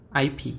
IP